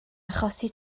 achosi